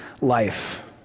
life